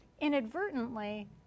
inadvertently